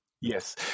Yes